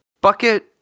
Bucket